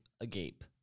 agape